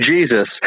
Jesus